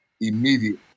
Immediate